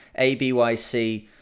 ABYC